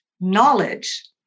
knowledge